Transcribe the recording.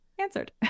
answered